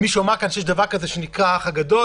מישהו אמר כאן שיש דבר כזה שנקרא "האח הגדול",